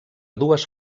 dues